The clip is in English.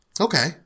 Okay